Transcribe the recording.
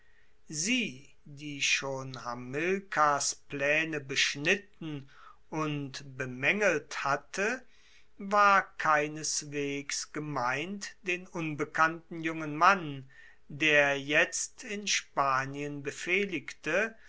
sie die schon hamilkars plaene beschnitten und bemaengelt hatte war keineswegs gemeint den unbekannten jungen mann der jetzt in spanien befehligte